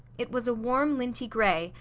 it was a warm linty gray,